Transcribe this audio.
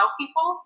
people